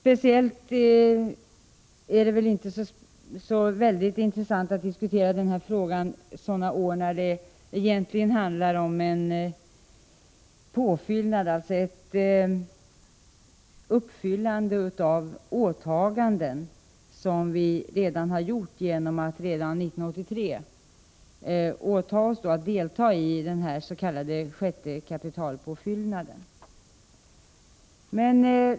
Det är inte särskilt intressant att diskutera frågan under ett år, när det egentligen handlar om uppfyllandet av åtaganden som vi redan har gjort genom att 1983 åta oss att delta i den s.k. sjätte kapitalpåfyllnaden.